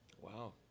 Wow